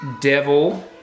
devil